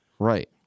Right